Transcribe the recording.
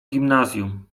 gimnazjum